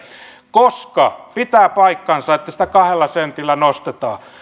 koska pitää paikkansa että sitä kahdella sentillä nostetaan